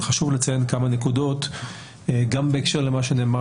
אבל חשוב לציין כמה נקודות גם בהקשר למה שנאמר